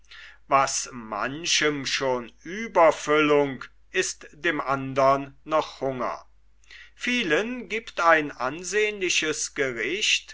was manchem schon ueberfüllung ist dem andern noch hunger vielen giebt ein ansehnliches gericht